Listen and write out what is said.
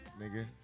Nigga